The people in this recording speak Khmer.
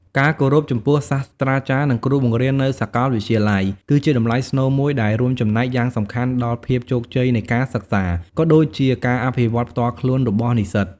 ការគោរពចំពោះសាស្រ្តាចារ្យ និងគ្រូបង្រៀននៅក្នុងសាកលវិទ្យាល័យ គឺជាតម្លៃស្នូលមួយដែលរួមចំណែកយ៉ាងសំខាន់ដល់ភាពជោគជ័យនៃការសិក្សា ក៏ដូចជាការអភិវឌ្ឍផ្ទាល់ខ្លួនរបស់និស្សិត។